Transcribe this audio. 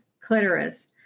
clitoris